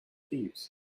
thieves